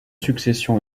succession